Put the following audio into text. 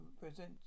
present